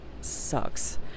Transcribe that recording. sucks